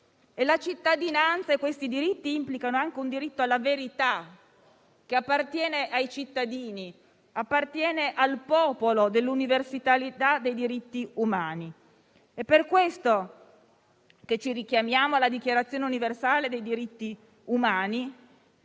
La cittadinanza e questi diritti implicano anche un diritto alla verità, che appartiene ai cittadini, al popolo, nell'universalità dei diritti umani. Per questo ci richiamiamo alla Dichiarazione universale dei diritti umani